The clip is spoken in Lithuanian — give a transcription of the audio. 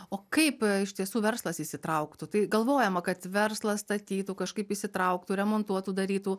o kaip iš tiesų verslas įsitrauktų tai galvojama kad verslas statytų kažkaip įsitrauktų remontuotų darytų